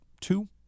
two